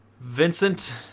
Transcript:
Vincent